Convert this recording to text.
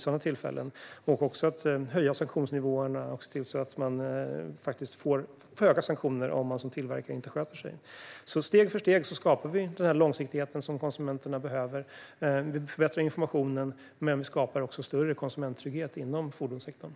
Man ska också höja sanktionsnivåerna för att se till att man får höga sanktioner om man som tillverkare inte sköter sig. Steg för steg skapar vi den långsiktighet som konsumenterna behöver. Vi förbättrar informationen, men skapar också större konsumenttrygghet inom fordonssektorn.